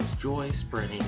joy-spreading